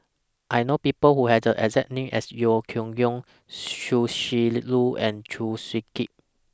I know People Who Have The exact name as Yeo Yeow Kwang Chia Shi Lu and Chew Swee Kee